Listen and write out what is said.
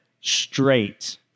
straight